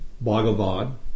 Bhagavad